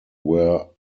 were